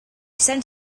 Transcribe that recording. sent